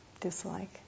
dislike